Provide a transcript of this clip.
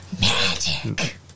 magic